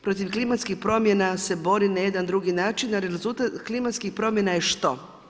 Protiv klimatskih promjena se bori na jedan drugi način, a rezultat klimatskih promjena je što?